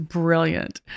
brilliant